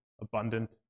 abundant